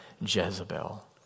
Jezebel